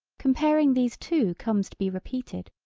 comparing these two comes to be repeated.